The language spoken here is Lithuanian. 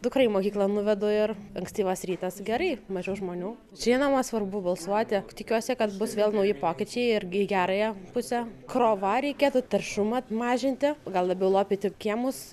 dukrą į mokyklą nuvedu ir ankstyvas rytas gerai mažiau žmonių žinoma svarbu balsuoti tikiuosi kad bus vėl nauji pokyčiai irgi į gerąją pusę krova reikėtų taršumą mažinti gal labiau lopyti kiemus